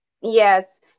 yes